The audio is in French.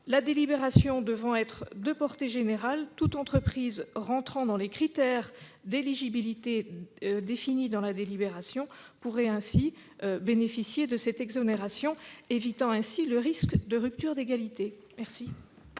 La délibération devant être de portée générale, toute entreprise entrant dans les critères d'éligibilité définis dans le cadre de la délibération pourrait ainsi bénéficier de cette exonération, ce qui écarterait le risque de rupture d'égalité. Quel